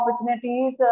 opportunities